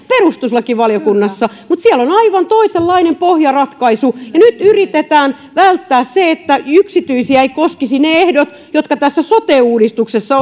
perustuslakivaliokunnassa mutta siellä on aivan toisenlainen pohjaratkaisu ja nyt yritetään välttää se että yksityisiä eivät koskisi ne ehdot jotka tässä sote uudistuksessa